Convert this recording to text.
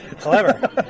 Clever